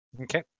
Okay